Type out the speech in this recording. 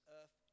earth